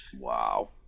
wow